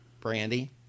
Brandy